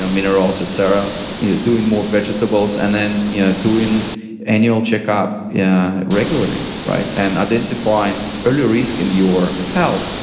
um minerals, et cetera you know doing more vegetables and then yeah doing annual check-up yeah regularly, right? and identifying early risk in your health,